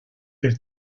per